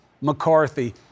McCarthy